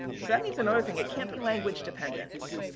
so, that means another thing. it can't be language dependent.